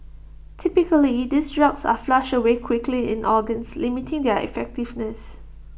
typically these drugs are flushed away quickly in organs limiting their effectiveness